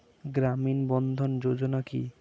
গ্রামীণ বন্ধরন যোজনা কি?